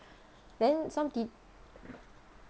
then some tea~